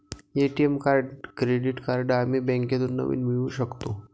ATM card credit card आम्ही बँकेतून नवीन मिळवू शकतो